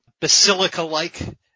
basilica-like